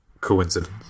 Coincidence